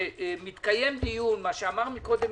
שמתקיים דיון, מה שאמר קודם